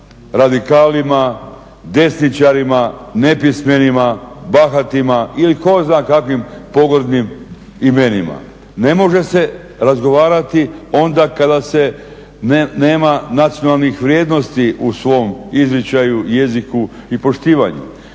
radikalima, desničarima, nepismenima, bahatima ili tko zna kakvim pogrdnim imenima, ne može se razgovarati onda kada se nema nacionalnih vrijednosti u svom izričaju, jeziku i poštivanju.